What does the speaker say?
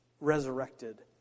resurrected